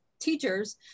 teachers